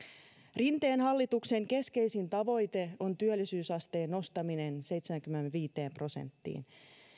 rinteen hallituksen keskeisin tavoite on työllisyysasteen nostaminen seitsemäänkymmeneenviiteen prosenttiin